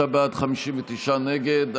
53 בעד, 59 נגד.